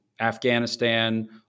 Afghanistan